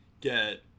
get